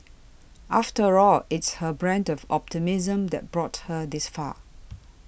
after all it's her brand of optimism that brought her this far